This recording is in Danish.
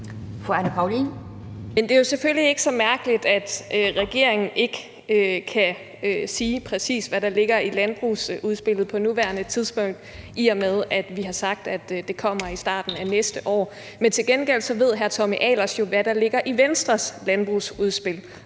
det er jo ikke så mærkeligt, at regeringen på nuværende tidspunkt ikke kan sige, præcis hvad der ligger i landbrugsudspillet, i og med at vi har sagt, at det kommer i starten af næste år. Men til gengæld ved hr. Tommy Ahlers jo, hvad der ligger i Venstres landbrugsudspil,